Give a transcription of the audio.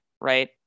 Right